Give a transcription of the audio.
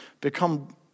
become